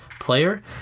player